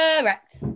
Correct